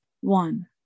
one